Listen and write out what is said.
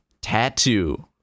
tattoo